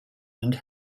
and